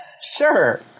Sure